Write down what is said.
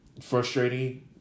frustrating